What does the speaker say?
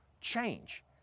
change